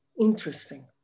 Interesting